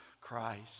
christ